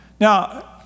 Now